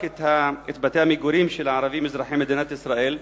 את בתי המגורים של הערבים אזרחי מדינת ישראל,